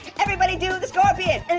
everybody do the scorpion and